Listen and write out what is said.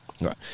Right